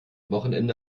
wochenende